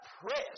press